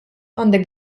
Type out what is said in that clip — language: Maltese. għandek